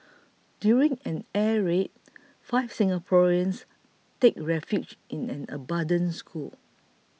during an air raid five Singaporeans take refuge in an abandoned school